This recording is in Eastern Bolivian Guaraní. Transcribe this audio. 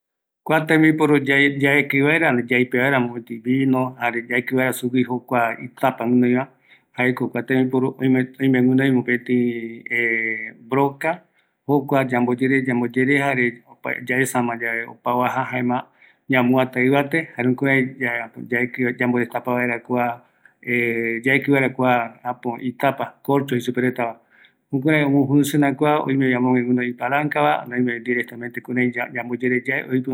﻿Kua tembiporu yae yaekɨ vaera, ani yaipea vaera mopeti vino, jare yaeki vaera sugui joua itapa guinoiva jaeko tembiporu oime guinoi mopeti broka, jokua yambo yere, yambo yere, jare opa yaesama yave opa oaja jaema ñamuata ivate jare jukurai yaeki, yambo destapa vaera kua yaeki vaera kua itapa korcho jei superetava, jukurai omo funciona kua, oimevi amögué guinoi palankava, ani oimevi directamente kurai ya yamboyereyae oë